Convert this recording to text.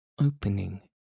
opening